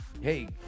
Hey